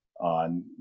on